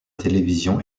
télévision